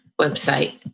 website